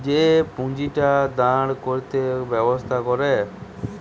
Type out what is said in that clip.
যে পুঁজিটা দাঁড় করতিছে ব্যবসা করে